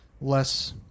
less